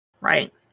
right